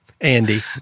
Andy